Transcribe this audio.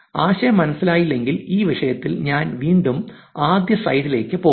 ആശയം മനസ്സിലായില്ലെങ്കിൽ ഈ വിഷയത്തിൽ ഞാൻ വീണ്ടും ആദ്യ സ്ലൈഡിലേക്ക് പോകും